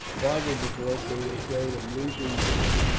partly because they were afraid of losing their way,